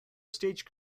stage